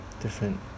different